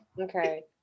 okay